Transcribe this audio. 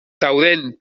dauden